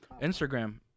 Instagram